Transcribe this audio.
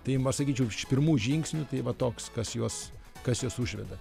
tai jum aš sakyčiau iš pirmų žingsnių tai va toks kas juos kas juos užveda